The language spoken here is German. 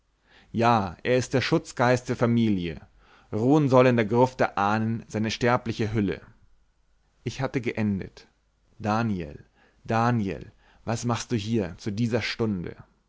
ja er ist der schutzgeist der familie ruhen soll in der gruft der ahnen seine sterbliche hülle ich hatte geendet daniel daniel was machst du hier zu dieser stunde